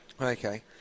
Okay